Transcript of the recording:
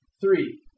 three